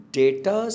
data